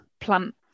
plant